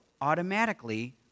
automatically